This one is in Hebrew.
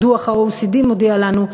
דוח ה-OECD מודיע לנו,